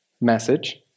message